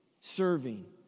serving